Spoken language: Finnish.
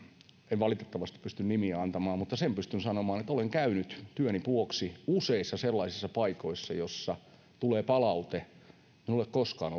en valitettavasti pysty nimiä antamaan mutta sen pystyn sanomaan että olen käynyt työni vuoksi useissa sellaisissa paikoissa joissa tulee palautetta että eivät ole koskaan